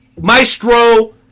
Maestro